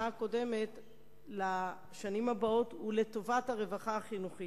הקודמת לשנים הבאות הוא לטובת הרווחה החינוכית.